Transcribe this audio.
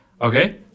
okay